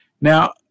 Now